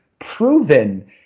proven